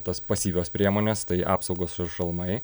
tos pasyvios priemonės tai apsaugos ir šalmai